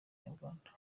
nyarwanda